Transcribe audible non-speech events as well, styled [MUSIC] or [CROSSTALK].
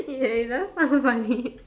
you had enough some funny [LAUGHS]